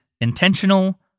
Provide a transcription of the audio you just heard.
intentional